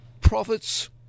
profits